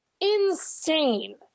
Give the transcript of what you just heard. insane